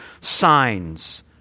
signs